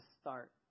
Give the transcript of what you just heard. start